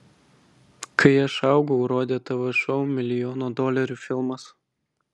kai aš augau rodė tv šou milijono dolerių filmas